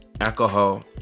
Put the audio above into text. alcohol